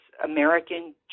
American